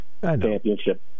championship